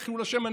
זה חילול השם.